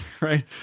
Right